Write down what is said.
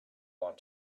ought